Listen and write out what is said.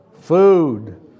Food